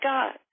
God